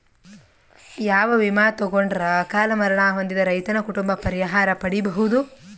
ಯಾವ ವಿಮಾ ತೊಗೊಂಡರ ಅಕಾಲ ಮರಣ ಹೊಂದಿದ ರೈತನ ಕುಟುಂಬ ಪರಿಹಾರ ಪಡಿಬಹುದು?